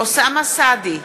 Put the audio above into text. אוסאמה סעדי,